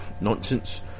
nonsense